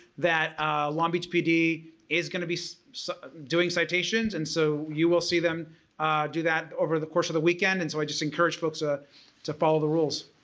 that long beach pd is going to be doing citations and so you will see them do that over the course of the weekend and so i just encourage folks ah to follow the rules.